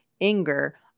anger